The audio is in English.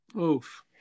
Oof